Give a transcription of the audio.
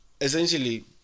essentially